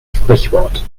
sprichwort